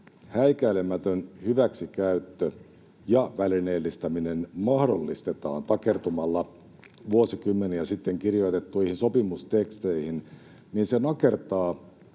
häikäilemätön hyväksikäyttö ja välineellistäminen mahdollistetaan takertumalla vuosikymmeniä sitten kirjoitettuihin sopimusteksteihin, niin se nakertaa